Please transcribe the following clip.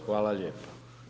Hvala lijepo.